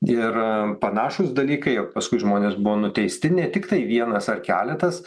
ir panašūs dalykai o paskui žmonės buvo nuteisti ne tiktai vienas ar keletas